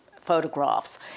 photographs